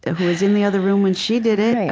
who was in the other room when she did it, right,